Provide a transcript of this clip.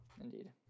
Indeed